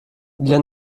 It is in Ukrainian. для